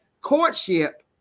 Courtship